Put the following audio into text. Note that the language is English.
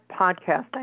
podcasting